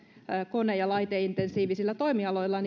kone ja laiteintensiivisillä toimialoilla